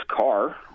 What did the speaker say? car